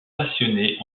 passionnée